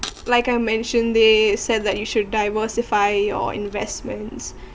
like I mentioned they said that you should diversify your investments